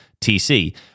TC